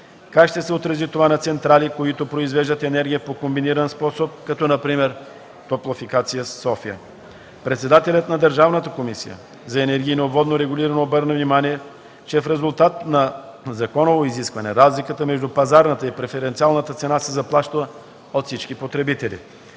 Как ще се отрази това на централи, които произвеждат енергия по комбиниран способ, като например „Топлофикация – София”? Председателят на Държавната комисия за енергийно и водно регулиране обърна внимание, че в резултат на законово изискване, разликата между пазарната и преференциалната цена се заплаща от всички потребители.